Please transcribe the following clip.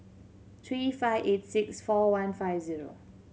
three five eight six four one five zero